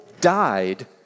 died